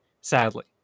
sadly